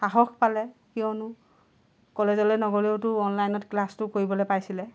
সাহস পালে কিয়নো কলেজলেও নগলেওটো অনলাইনত ক্লাছটো কৰিবলৈ পাইছিলে